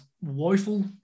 woeful